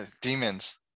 Demons